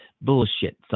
bullshit